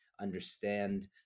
understand